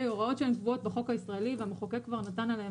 הוראות שהן קבועות בחוק הישראלי והמחוקק כבר נתן עליהן